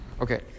Okay